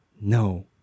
no